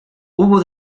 hubo